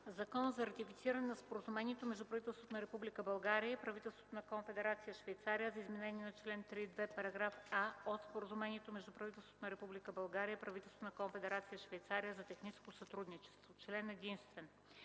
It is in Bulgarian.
за ратифициране на Споразумението между правителството на Република България и правителството на Конфедерация Швейцария за изменение чл. 3.2, параграф „а” от Споразумението между правителството на Република България и правителството на Конфедерация Швейцария за техническо сътрудничество, № 202-02-2,